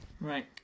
right